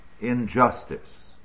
injustice